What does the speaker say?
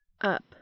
Up